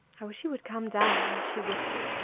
i wish he would come down she whispered,